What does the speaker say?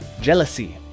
jealousy